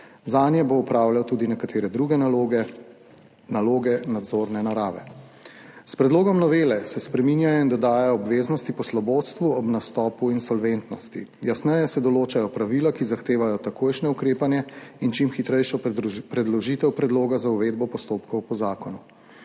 Zanje bo opravljal tudi nekatere druge naloge, naloge nadzorne narave. S predlogom novele se spreminjajo in dodajajo obveznosti poslovodstvu ob nastopu insolventnosti. Jasneje se določajo pravila, ki zahtevajo takojšnje ukrepanje in čim hitrejšo predložitev predloga za uvedbo postopkov po zakonu.